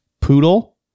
Poodle